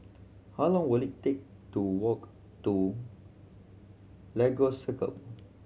how long will it take to walk to Lagos Circle